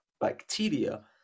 bacteria